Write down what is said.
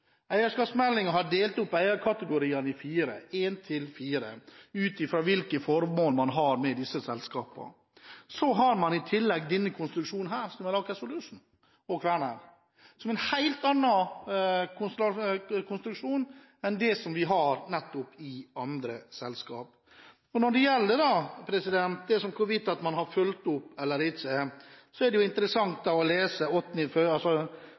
har delt opp eierkategoriene i fire – én til fire – ut fra hvilket formål man har med disse selskapene. Så har man i tillegg denne konstruksjonen, Aker Solutions og Kværner, som er en helt annen konstruksjon enn det vi har i andre selskaper. Når det gjelder hvorvidt man har fulgt opp eller ikke, er det interessant å lese det som NRK i sin tid skrev når det gjaldt boken til Brustad, som sa at det